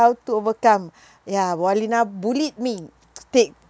how to overcome ya wardina bullied me take